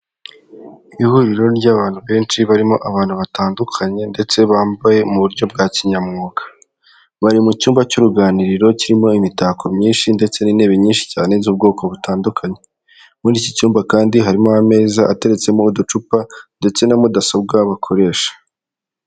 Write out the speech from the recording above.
Ihuriro ry'abantu benshi barimo abantu batandukanye ndetse bambaye mu buryo bwa kinyamwuga, bari mu cyumba cy'uruganiriro kirimo imitako myinshi ndetse n'intebe nyinshi cyane z'ubwoko butandukanye, muri iki cyumba kandi harimo ameza ateretsemo uducupa ndetse na mudasobwa bakoresha.